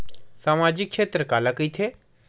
सामजिक क्षेत्र काला कइथे?